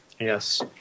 Yes